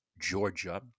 Georgia